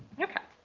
okay.